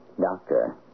Doctor